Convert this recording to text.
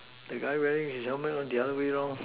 that guy wearing his helmet on the other way round